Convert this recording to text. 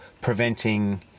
preventing